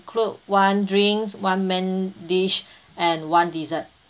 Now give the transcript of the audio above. ~clude one drinks one main dish and one dessert